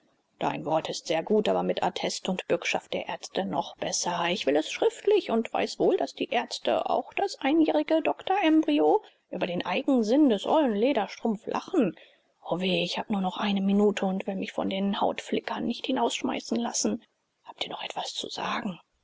dein wort ist sehr gut aber mit attest und bürgschaft der ärzte noch besser ich will es schriftlich und weiß wohl daß die ärzte auch das einjährige doktorembryo über den eigensinn des ollen lederstrumpf lachen o weh ich habe nur noch eine minute und will mich von den hautflickern nicht hinausschmeißen lassen hab dir noch etwas zu sagen